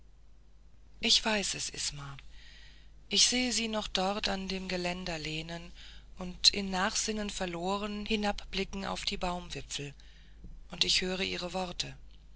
ich weiß es isma ich sehe sie noch dort an dem geländer lehnen und in nachsinnen verloren hinabblicken auf die baumwipfel und ich höre ihr wort